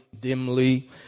dimly